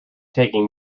taking